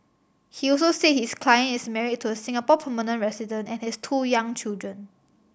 he also said his client is married to a Singapore permanent resident and has two young children